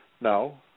No